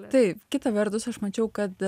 taip kita vertus aš mačiau kad